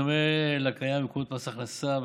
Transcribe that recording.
בדומה לקיים בפקודת מס הכנסה,